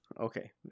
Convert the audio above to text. Okay